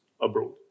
abroad